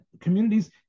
communities